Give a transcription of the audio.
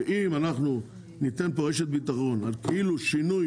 שאם אנחנו ניתן פה רשת ביטחון על כאילו שינוי